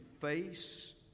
face